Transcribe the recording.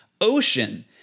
ocean